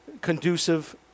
conducive